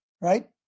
right